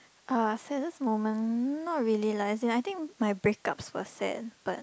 uh saddest moment not really lah as in I think my breakups were sad